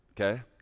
okay